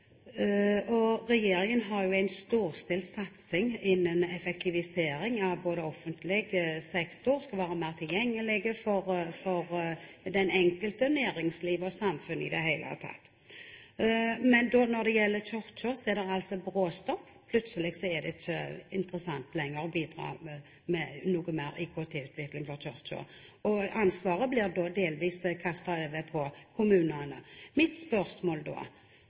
-utbygging. Regjeringen har jo en storstilt satsing på effektivisering av offentlig sektor, som skal være mer tilgjengelig for den enkelte og næringslivet – for samfunnet i det hele tatt. Men når det gjelder Kirken, er det altså bråstopp, plutselig er det ikke interessant lenger å bidra med noe mer til IKT-utvikling. Ansvaret blir da delvis kastet over på kommunene. Mitt spørsmål er da: